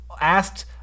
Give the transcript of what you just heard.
asked